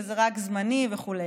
וזה רק זמני וכו'.